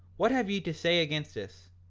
what have ye to say against this?